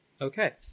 okay